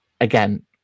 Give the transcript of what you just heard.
again